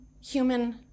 human